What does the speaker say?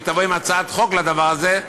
היא תבוא עם הצעת חוק לדבר הזה.